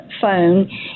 phone